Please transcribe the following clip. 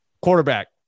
Quarterback